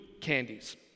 candies